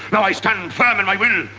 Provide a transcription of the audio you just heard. now i stand firm in my will.